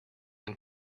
and